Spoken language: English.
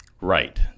Right